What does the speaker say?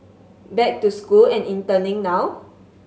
back to school and interning now